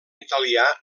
italià